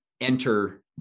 enter